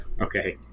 Okay